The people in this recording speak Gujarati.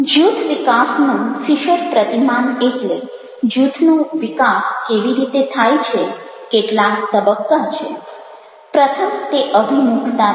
જૂથ વિકાસનું ફિશર પ્રતિમાન એટલે જૂથનો વિકાસ કેવી રીતે થાય છે કેટલા તબક્કા છે પ્રથમ તે અભિમુખતા છે